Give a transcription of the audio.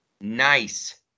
Nice